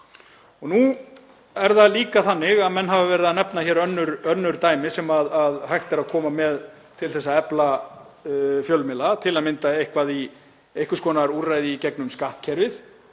Nú er það líka þannig að menn hafa verið að nefna hér önnur dæmi sem hægt er að koma með til að efla fjölmiðla, til að mynda einhvers konar úrræði í gegnum skattkerfið,